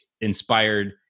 inspired